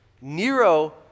Nero